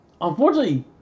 unfortunately